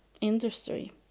industry